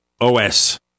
OS